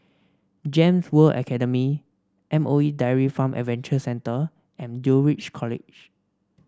Gems World Academy M O E Dairy Farm Adventure Centre and Dulwich College